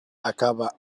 acaba